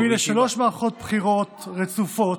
שהוביל לשלוש מערכות בחירות רצופות,